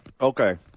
Okay